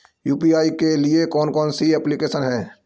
UPI के लिए कौन कौन सी एप्लिकेशन हैं?